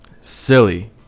Silly